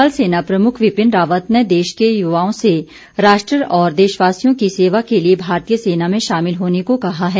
थल सेना प्रमुख विपिन रावत ने देश के युवाओं से राष्ट्र और देशवासियों की सेवा के लिए भारतीय सेना में शामिल होने को कहा है